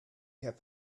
get